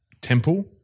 temple